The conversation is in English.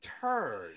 turn